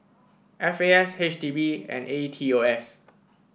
F A S H D B and A E T O S